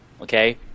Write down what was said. Okay